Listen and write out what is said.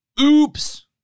Oops